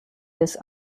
this